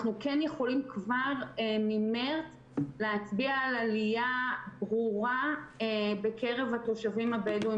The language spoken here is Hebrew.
אנחנו כן יכולים כבר ממרץ להצביע על עלייה ברורה בקרב התושבים הבדואים